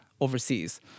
overseas